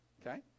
Okay